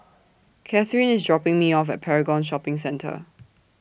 Kathryne IS dropping Me off At Paragon Shopping Centre